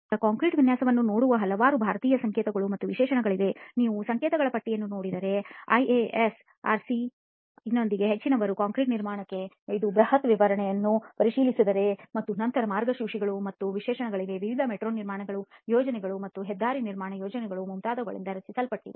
ಆದ್ದರಿಂದ ಕಾಂಕ್ರೀಟ್ ವಿನ್ಯಾಸವನ್ನು ನೋಡುವ ಹಲವಾರು ಭಾರತೀಯ ಸಂಕೇತಗಳು ಮತ್ತು ವಿಶೇಷಣಗಳಿವೆ ನೀವು ಸಂಕೇತಗಳ ಪಟ್ಟಿಯನ್ನು ನೋಡಿದರೆ ಮತ್ತು ಐಎಎಸ್ ಐಆರ್ಸಿ ಐಆರ್ಎಸ್ನೊಂದಿಗೆ ಹೆಚ್ಚಿನದರೊಂದಿಗೆ ಕಾಂಕ್ರೀಟ್ ನಿರ್ಮಾಣಕ್ಕೆ ಇದು ಬೃಹತ್ ವಿವರಣೆಯನ್ನು ಪರಿಶೀಲಿಸಿದರೆ ಮತ್ತು ನಂತರ ಮಾರ್ಗಸೂಚಿಗಳು ಮತ್ತು ವಿಶೇಷಣಗಳಿವೆ ವಿವಿಧ ಮೆಟ್ರೋ ನಿರ್ಮಾಣ ಯೋಜನೆಗಳು ಮತ್ತು ಹೆದ್ದಾರಿ ನಿರ್ಮಾಣ ಯೋಜನೆಗಳು ಮತ್ತು ಮುಂತಾದವುಗಳಿಂದ ರಚಿಸಲ್ಪಟ್ಟಿದೆ